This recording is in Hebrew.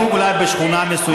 גם חושפת.